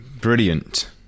brilliant